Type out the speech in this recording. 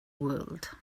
world